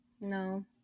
No